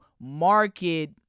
market